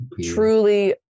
truly